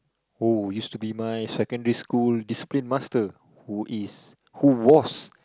oh used to be my secondary school discipline master who is who was